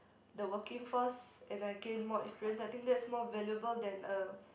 the working force and I gain more experience I think that's more valuable than a